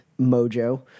mojo